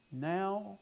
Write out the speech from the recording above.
now